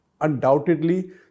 Undoubtedly